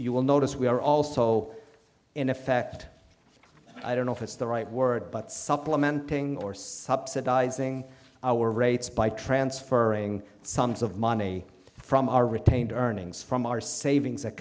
you will notice we are also in effect i don't know if it's the right word but supplementing or subsidizing our rates by transferring sums of money from our retained earnings from our savings